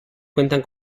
cuentan